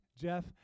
Jeff